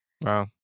Wow